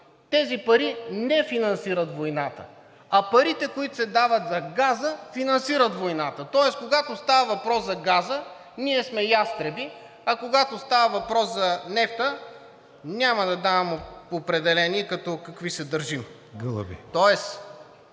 тези пари не финансират войната, а парите, които се дават за газа, финансират войната! Тоест, когато става въпрос за газа, ние сме ястреби, а когато става въпрос за нефта, няма да давам определение като какви се държим. ПРЕДСЕДАТЕЛ